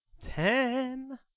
Ten